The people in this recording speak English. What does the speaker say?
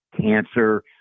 cancer